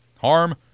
harm